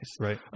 Right